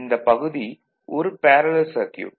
இந்தப் பகுதி ஒரு பேரலல் சர்க்யூட்